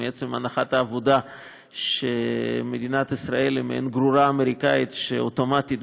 מעצם הנחת העבודה שמדינת ישראל היא מעין גרורה אמריקנית שאוטומטית,